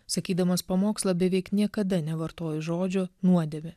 sakydamas pamokslą beveik niekada nevartoju žodžio nuodėmė